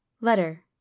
Letter